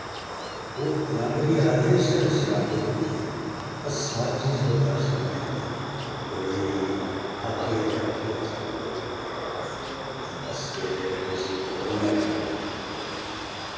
ओह् तां करियै आखदे के साढ़ी शराफत होंदी ऐ अस हर चीज बर्दाश्त करने औंदी के भई आखिया ते आखिया चलो कोई गल्ल नि हस्सियै ओह् करी ओड़ने हां हस्सियै ते उसी इयां टाली ओड़ना